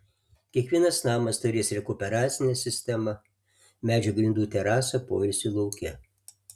kiekvienas namas turės rekuperacinę sistemą medžio grindų terasą poilsiui lauke